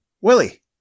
Willie